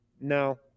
No